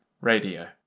Radio